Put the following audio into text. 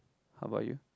how about you